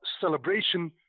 celebration